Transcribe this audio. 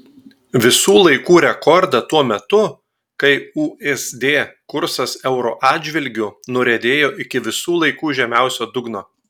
visų laikų rekordą tuo metu kai usd kursas euro atžvilgiu nuriedėjo iki visų laikų žemiausio dugno